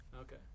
Okay